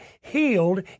healed